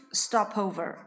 stopover